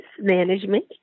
management